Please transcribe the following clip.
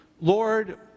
Lord